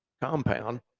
compound